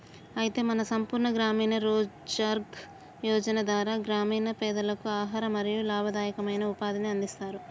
అయితే మన సంపూర్ణ గ్రామీణ రోజ్గార్ యోజన ధార గ్రామీణ పెదలకు ఆహారం మరియు లాభదాయకమైన ఉపాధిని అందిస్తారు